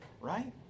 right